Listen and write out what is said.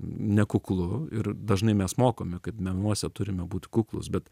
ne kuklu ir dažnai mes mokome kaip menuose turime būt kuklūs bet